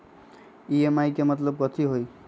EMI के मतलब कथी होई?